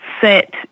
set